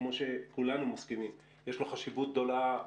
שכמו שכולנו מסכימים, שיש לו חשיבות גדולה,